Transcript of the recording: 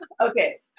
Okay